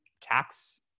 tax